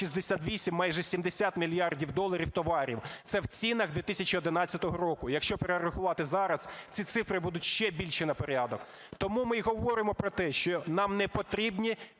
68, майже 70 мільярдів доларів товарів, це в цінах 2011 року. Якщо перерахувати зараз, ці цифри будуть ще більші на порядок. Тому ми і говоримо про те, що нам не потрібні